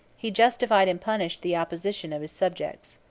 he justified and punished the opposition of his subjects.